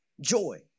joy